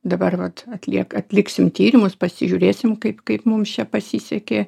dabar vat atlieka atliksim tyrimus pasižiūrėsim kaip kaip mums čia pasisekė